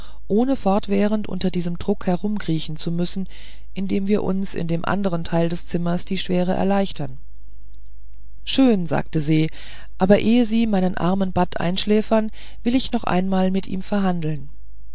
ohne fortwährend unter diesem druck umherkriechen zu müssen indem wir uns in dem andern teil des zimmers die schwere erleichtern schön sagte se aber ehe sie meinen armen bat einschläfern will ich noch einmal mit ihm verhandeln